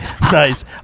Nice